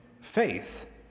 faith